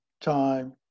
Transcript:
time